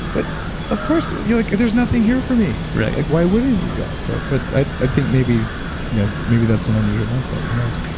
but of course, so you're like there's nothing here for me, like why wouldn't you go? so. but i think maybe you know maybe that's an unusual mindset. who knows?